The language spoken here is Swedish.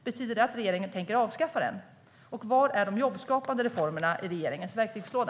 Betyder det att regeringen tänker avskaffa den? Och var är de jobbskapande reformerna i regeringens verktygslåda?